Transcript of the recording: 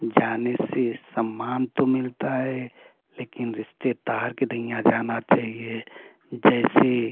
जाने से सम्मान तो मिलता है लेकिन रिश्तेदार के नहीं जाना चाहिए जैसे